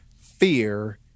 fear